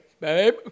Babe